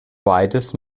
beides